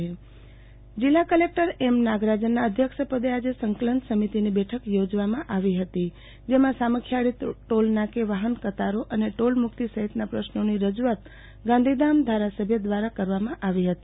આરતી ભદ્દ સંકલન સમિતિ બેઠક જીલ્લા કલેકટર એમ નગરજનના અધ્યક્ષ પદે આજે સંકલન સમિતિની બેઠક યોજવામાં આવી હતી જેમાં સામખીયાળી ટોલનાકે વાહન કતારો અને ટોલમુક્તિ સહિતના પ્રશ્નોની રજૂઆત ગાંધીધામ ધારાસભ્ય દ્વારા કરવામાં આવી હતી